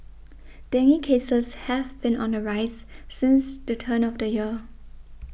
dengue cases have been on the rise since the turn of the year